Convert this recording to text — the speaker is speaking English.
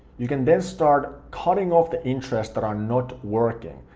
you can then start cutting off the interests that are not working,